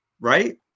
right